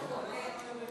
תרשום אותי שהייתי בעד.